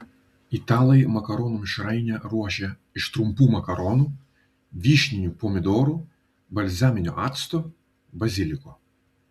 italai makaronų mišrainę ruošia iš trumpų makaronų vyšninių pomidorų balzaminio acto baziliko